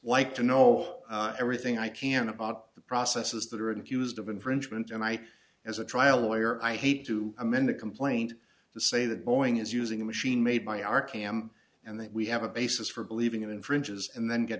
like to know everything i can about the processes that are infused of infringement and i as a trial lawyer i hate to amend the complaint to say that boeing is using a machine made by our camp and that we have a basis for believing it infringes and then get